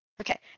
Okay